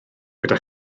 gyda